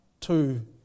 two